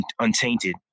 untainted